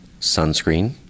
sunscreen